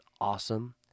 awesome